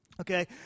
Okay